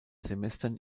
semestern